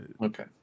Okay